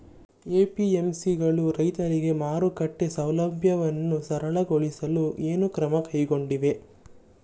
APMC ಗಳು ರೈತರಿಗೆ ಮಾರುಕಟ್ಟೆ ಸೌಲಭ್ಯವನ್ನು ಸರಳಗೊಳಿಸಲು ಏನು ಕ್ರಮ ಕೈಗೊಂಡಿವೆ?